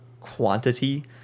quantity